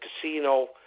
casino